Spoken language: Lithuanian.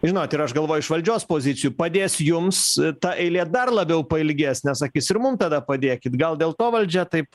žinot ir aš galvoju iš valdžios pozicijų padės jums ta eilė dar labiau pailgės nes sakys ir mum tada padėkit gal dėl to valdžia taip